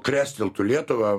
kresteltų lietuvą